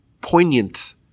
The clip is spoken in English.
poignant